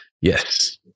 Yes